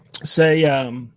Say